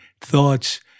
thoughts